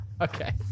Okay